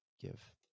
give